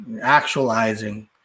actualizing